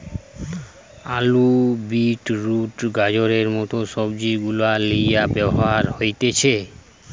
আলু, beetroot, গাজরের মত সবজি গুলার লিয়ে ব্যবহার হতিছে